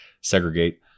segregate